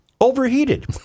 overheated